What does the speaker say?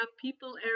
people